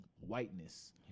whiteness